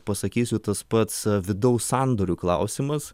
pasakysiu tas pats vidaus sandorių klausimas